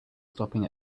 stopping